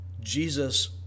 Jesus